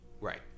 Right